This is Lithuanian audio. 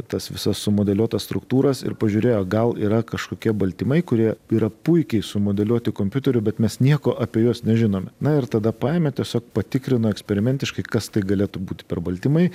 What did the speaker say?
tas visas sumodeliuotas struktūras ir pažiūrėjo gal yra kažkokie baltymai kurie yra puikiai sumodeliuoti kompiuteriu bet mes nieko apie juos nežinome na ir tada paėmė tiesiog patikrino eksperimentiškai kas tai galėtų būti per baltymai